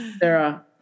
Sarah